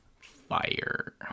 Fire